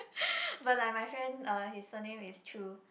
but like my friend uh his surname is Chu